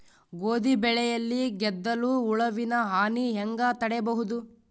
ಗೋಧಿ ಬೆಳೆಯಲ್ಲಿ ಗೆದ್ದಲು ಹುಳುವಿನ ಹಾನಿ ಹೆಂಗ ತಡೆಬಹುದು?